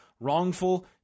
wrongful